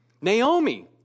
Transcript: Naomi